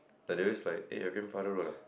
they always like eh your grandfather road ah